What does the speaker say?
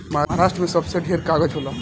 महारास्ट्र मे सबसे ढेर कागज़ होला